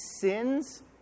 sins